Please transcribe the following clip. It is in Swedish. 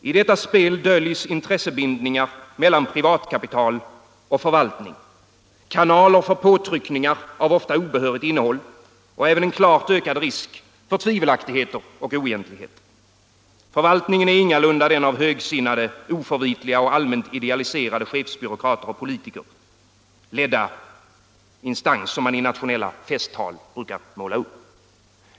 I detta spel döljs intressebindningar mellan privatkapital och förvaltning, kanaler för påtryckningar av ofta obehörigt innehåll och en klart ökad risk för tvivelaktigheter och oegentligheter. Förvaltningen är ingalunda den av högsinnade, moraliskt oförvitliga och allmänt idealiserade chefsbyråkrater och politiker ledda instans som man i nationella festtal brukar måla upp.